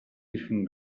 хэрхэн